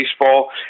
Baseball